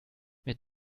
mit